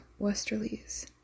westerlies